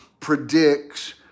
predicts